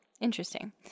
Interesting